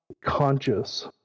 conscious